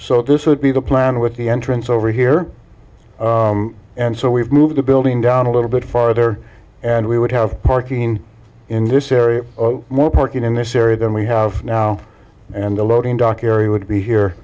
so this would be the plan with the entrance over here and so we've moved the building down a little bit farther and we would have parking in this area more parking in this area than we have now and the loading dock area would be here